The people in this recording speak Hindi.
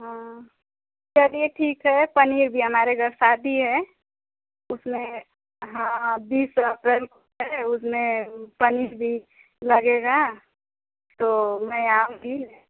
हाँ चलिए ठीक है पनीर भी हमारे घर शादी है उसमें हाँ बीस अप्रैल को है उसमें पनीर भी लगेगा तो मैं आऊँगी मैं